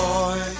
Boy